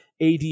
AD